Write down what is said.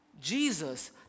Jesus